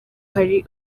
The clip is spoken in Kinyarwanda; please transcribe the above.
hari